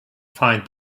find